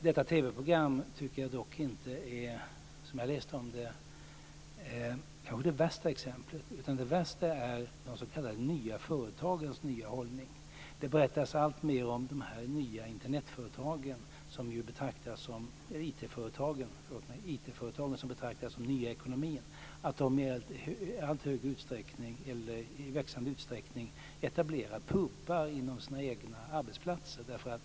Nämnda TV program tycker jag inte - jag har alltså bara läst om det - är det värsta exemplet, utan värst är de s.k. nya företagens hållning. Det berättas ju alltmer om att de nya IT-företag, som ju betraktas som den nya ekonomin, i ökande utsträckning etablerar pubar inom sina egna arbetsplatser.